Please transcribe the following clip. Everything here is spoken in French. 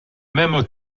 même